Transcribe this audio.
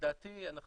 לדעתי אנחנו